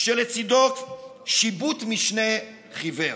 כשלצידו שיבוט משנה חיוור.